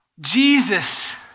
Jesus